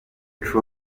truth